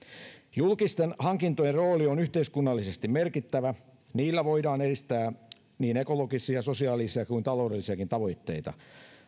julkisten hankintojen rooli on yhteiskunnallisesti merkittävä niillä voidaan edistää niin ekologisia sosiaalisia kuin taloudellisiakin tavoitteita